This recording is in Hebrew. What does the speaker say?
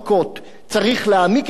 צריך להעמיק את הגבייה,